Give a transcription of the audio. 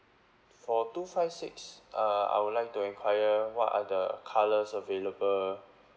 for two five six uh I would like to enquire what are the colours available